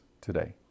today